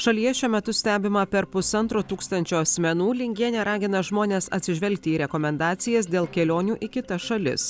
šalyje šiuo metu stebima per pusantro tūkstančio asmenų lingienė ragina žmones atsižvelgti į rekomendacijas dėl kelionių į kitas šalis